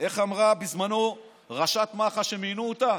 איך אמרה בזמנו ראשת מח"ש, כשמינו אותה?